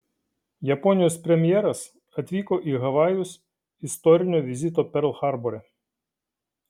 japonijos premjeras atvyko į havajus istorinio vizito perl harbore